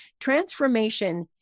transformation